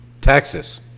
Texas